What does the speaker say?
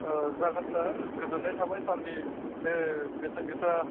जागोन सार गोजोननाय थाबाय सारनि बे बेसेन गोसा